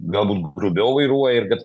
galbūt grubiau vairuoja ir bet